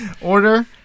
Order